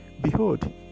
behold